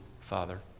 Father